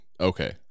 Okay